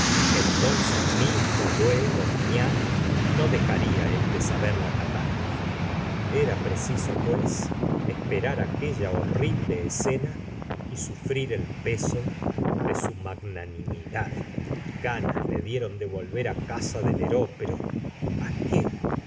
entonces mismo luego mañana no dejaría él de saber la catástrofe era preciso pues esperar aquella horrible escena y sufrir el peso de su magnanimidad ganas le dieron de volver á casa de lheureux pero á qué